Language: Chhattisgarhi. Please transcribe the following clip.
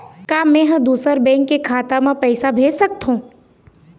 का मैं ह दूसर बैंक के खाता म पैसा भेज सकथों?